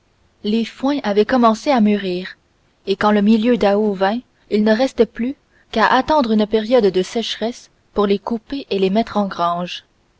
les foins avaient commencé à mûrir et quand le milieu d'août vint il ne restait plus qu'à attendre une période de sécheresse pour les couper et les mettre en grange